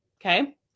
Okay